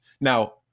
Now